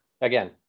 again